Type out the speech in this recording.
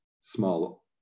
small